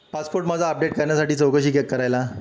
passport माझा update करण्यासाठी चौकशी केक करायला